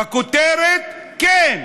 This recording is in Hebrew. בכותרת, כן,